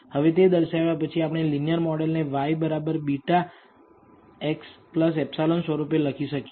હવે તે દર્શાવ્યા પછી આપણે લીનીયર મોડલને y x β ε સ્વરૂપે લખી શકીએ